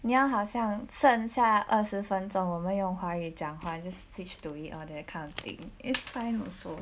你要好像剩下二十分钟我们用华语讲话 just switch to it or that kind of thing it's fine also